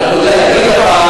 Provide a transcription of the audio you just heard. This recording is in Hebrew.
אני רק יודע להגיד לך,